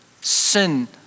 sin